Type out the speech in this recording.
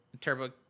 Turbo